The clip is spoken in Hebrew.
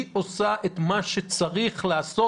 היא עושה את מה שצריך לעשות.